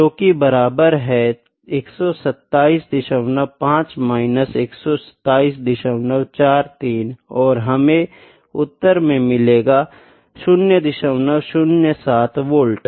जोकि बराबर है 1275 माइनस 12743 और हमे उत्तर में मिलेगा 007 वाल्ट